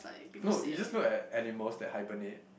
no you just look at animals that hibernate